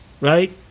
right